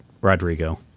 Rodrigo